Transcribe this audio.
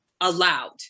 allowed